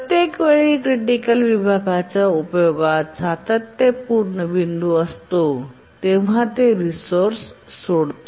प्रत्येक वेळी क्रिटिकल विभागाच्या उपयोगात सातत्य पूर्ण बिंदू असतो तेव्हा ते रिसोर्सेस सोडते